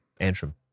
Antrim